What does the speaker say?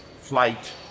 flight